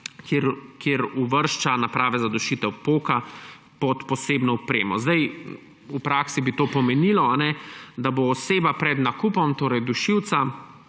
ki uvršča naprave za dušitev poka pod posebno opremo. V praksi bi to pomenilo, da bo oseba pred nakupom dušilca